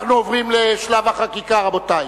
אנחנו עוברים לשלב החקיקה, רבותי.